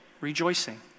Rejoicing